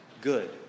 good